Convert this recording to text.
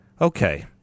Okay